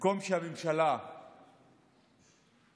במקום שהממשלה אתמול